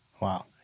Wow